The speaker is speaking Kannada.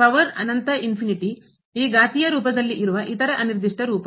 ಪವರ್ ಅನಂತ ಈ ಘಾತೀಯ ರೂಪದಲ್ಲಿ ಇರುವ ಇತರ ಅನಿರ್ದಿಷ್ಟ ರೂಪಗಳು